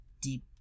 deep